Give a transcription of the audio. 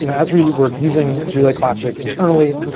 you know as we were using relay classic internally,